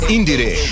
Indire